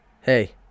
hey